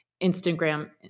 Instagram